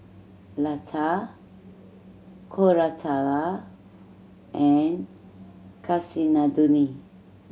Lata Koratala and Kasinadhuni